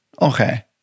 Okay